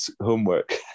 homework